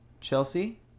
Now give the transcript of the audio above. Chelsea